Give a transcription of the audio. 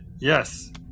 Yes